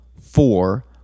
four